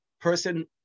Person